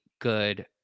good